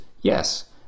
yes